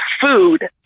food